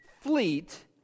fleet